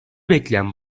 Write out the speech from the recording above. bekleyen